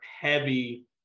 heavy